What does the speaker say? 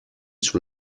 sur